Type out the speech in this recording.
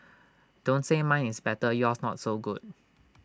don't say mine is better yours not so good